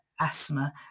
asthma